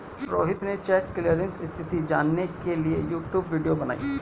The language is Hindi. रोहित ने चेक क्लीयरिंग स्थिति जानने के लिए यूट्यूब वीडियो बनाई